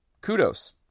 Kudos